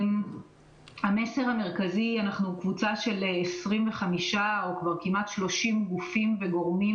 המסר המרכזי: אנחנו קבוצה של 25 או כבר כמעט 30 גופים וגורמים